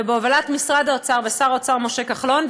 ובהובלת משרד האוצר ושר האוצר משה כחלון,